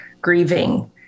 grieving